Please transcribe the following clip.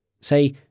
Say